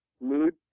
mood